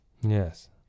yes